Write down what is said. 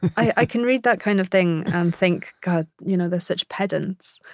i can read that kind of thing and think, god you know they're such pedants,